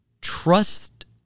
trust